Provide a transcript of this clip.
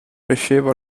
cresceva